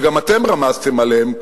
שגם אתם רמזתם עליהם,